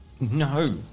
No